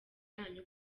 yanyu